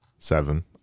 Seven